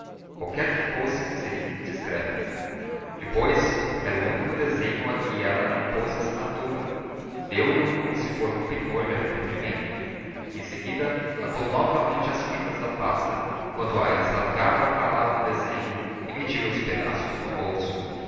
qualquer que fosse seria indiscreta demais era o único desenho a que ela não pôs assinatura deu lho como se fora um penhor de arrependimento em seguida atou novamente as fitas da pasta enquanto aires rasgava calado o desenho e metia os pedaços no bolso